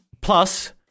plus